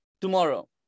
tomorrow